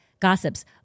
gossips